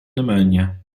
pneumonia